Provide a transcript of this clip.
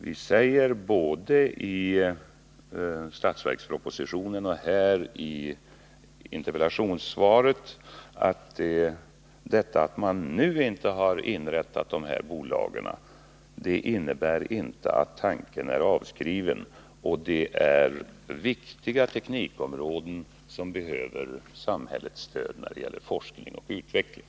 Vi säger både i statsverkspropositionen och i interpellationssvaret att detta att man nu inte har inrättat tre samhällsägda utvecklingsbolag innebär inte att tanken är avskriven. Det är fråga om viktiga teknikområden som behöver samhällets stöd när det gäller forskning och utveckling.